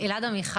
גם אלעד עמיחי,